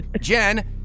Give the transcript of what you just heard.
Jen